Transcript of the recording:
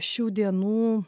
šių dienų